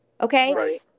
Okay